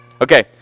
Okay